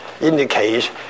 indicates